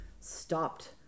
stopped